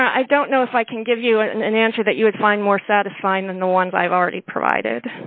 i don't know if i can give you an answer that you would find more satisfying than the ones i've already provided